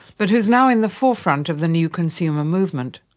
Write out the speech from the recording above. but who is now in the forefront of the new consumer movement.